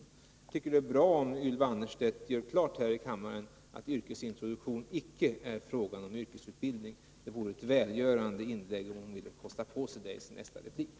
Jag tycker att det vore välgörande om Ylva Annerstedt i sin nästa replik ville kosta på sig att klargöra att det vid yrkesintroduktion icke är fråga om yrkesutbildning.